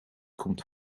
komt